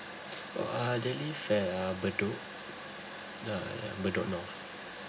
oh uh they live at uh bedok uh yeah bedok north